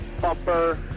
bumper